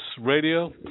Radio